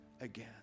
again